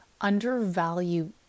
undervalue